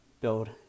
Build